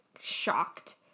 shocked